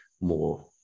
more